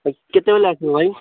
କେତେ ଟଙ୍କା ଲାଗିବ ଭାଇ